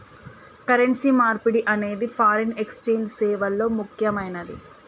currency మార్పిడి అనేది foreign exchange సేవల్లో ముక్కెమైనది